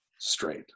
straight